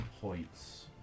points